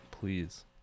please